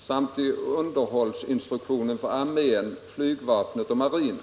samt i underhållsinstruktionerna för armén, flygvapnet och marinen.